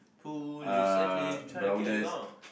police and thief try to get along